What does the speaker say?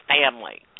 family